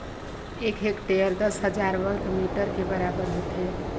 एक हेक्टेयर दस हजार वर्ग मीटर के बराबर होथे